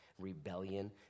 rebellion